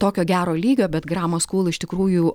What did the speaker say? tokio gero lygio bet grammar school iš tikrųjų